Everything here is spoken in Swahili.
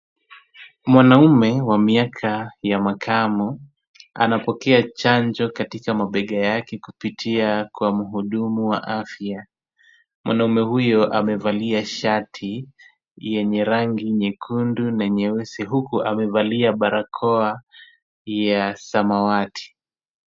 Mwanaume wa miaka ya makamo, anapokea chanjo katika mabega yake kupitia kwa muhudumu wa afya. Mwanaume huyo amevalia shati yenye rangi nyekundu na nyeusi, huku amevalia barakoa ya samawati.